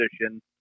position